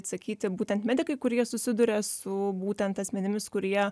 atsakyti būtent medikai kurie susiduria su būtent asmenimis kurie